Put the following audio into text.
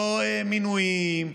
לא מינויים.